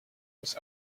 was